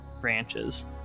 branches